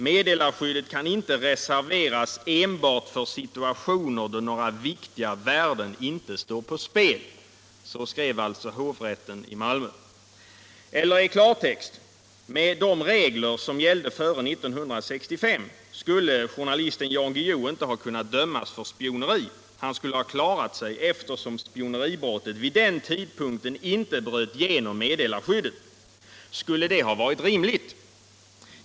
Meddelarskyddet kan inte reserveras enbart för situationer då några viktiga värden inte står på spel.” Eller uttryckt i klartext: Med de regler som gällde före 1965 skuille journalisten Jan Guillou inte ha kunnat dömas för spioneri; han skulle ha klarat sig eftersom spioneribrottet vid den tidpunkten inte bröt genom meddelarskyddet. Skulle det ha varit rimligt?